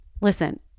Listen